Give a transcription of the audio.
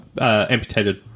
amputated